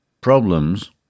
problems